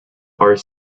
are